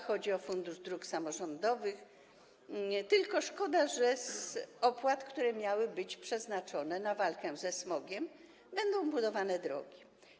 Chodzi o Fundusz Dróg Samorządowych, tylko szkoda, że z opłat, które miały być przeznaczone na walkę ze smogiem, będą budowane drogi.